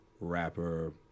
rapper